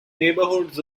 neighborhoods